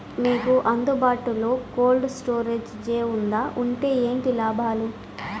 మీకు అందుబాటులో బాటులో కోల్డ్ స్టోరేజ్ జే వుందా వుంటే ఏంటి లాభాలు?